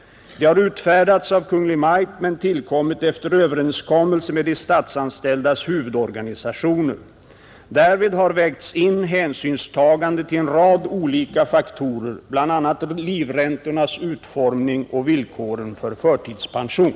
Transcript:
Det har utfärdats av Kungl. Maj:t men tillkommit efter överenskommelse med de statsanställdas huvudorganisationer. Därvid har vägts in hänsynstagande till en rad olika faktorer, bl.a. livräntornas utformning och villkoren för förtidspension.